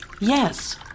Yes